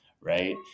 right